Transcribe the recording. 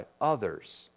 others